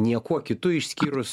niekuo kitu išskyrus